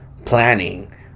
planning